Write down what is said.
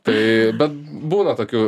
tai bet būna tokių